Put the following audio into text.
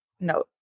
note